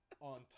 on